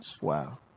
Wow